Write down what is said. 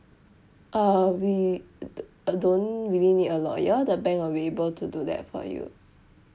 uh we d~ uh don't really need a lawyer the bank will be able to do that for you